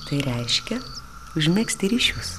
tai reiškia užmegzti ryšius